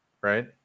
right